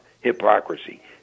hypocrisy